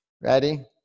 Ready